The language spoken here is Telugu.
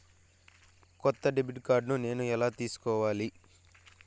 కొత్త డెబిట్ కార్డ్ నేను ఎలా తీసుకోవాలి?